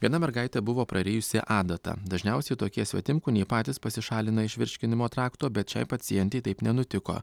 viena mergaitė buvo prarijusi adatą dažniausiai tokie svetimkūniai patys pasišalina iš virškinimo trakto bet šiai pacientei taip nenutiko